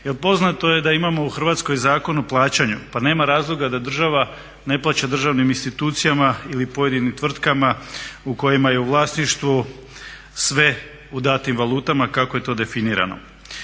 poznato je da imamo u Hrvatskoj zakon o plaćanju pa nema razloga da država ne plaća državnim institucijama ili pojedinim tvrtkama u kojima je u vlasništvu sve u datim valutama kako je to definirano.